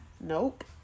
Nope